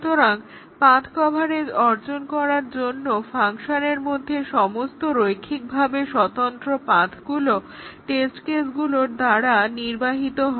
সুতরাং path coverage অর্জন করার জন্য ফাংশনের মধ্যে সমস্ত রৈখিকভাবে স্বতন্ত্র পাথগুলো টেস্ট কেসগুলোর দ্বারা নির্বাহিত হয়